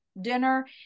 dinner